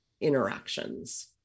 interactions